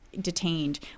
detained